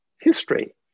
history